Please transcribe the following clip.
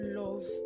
love